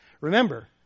Remember